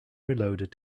reloaded